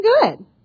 good